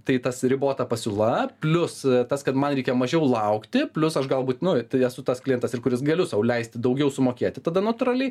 tai tas ribota pasiūla plius tas kad man reikia mažiau laukti plius aš galbūt nu tai esu tas klientas ir kuris galiu sau leisti daugiau sumokėti tada natūraliai